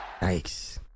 Yikes